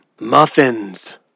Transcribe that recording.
Muffins